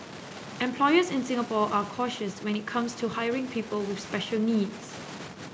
employers in Singapore are cautious when it comes to hiring people with special needs